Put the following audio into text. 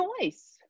choice